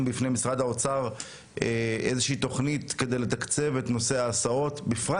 בפני משרד האוצר איזושהי תוכנית כדי לתקצב את נושא ההסעות בפרט